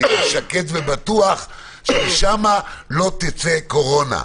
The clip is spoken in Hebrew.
אני שקט ובטוח שמשם לא תצא קורונה.